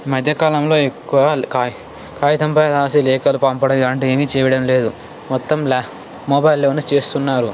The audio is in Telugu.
ఈ మధ్యకాలంలో ఎక్కువ కాగి కాగితంపై రాసి లేఖలు పంపడం లాంటివి చేయడంలేదు మొత్తం లే మొబైల్లో చేస్తున్నారు